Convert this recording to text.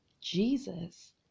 Jesus